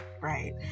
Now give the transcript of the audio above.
Right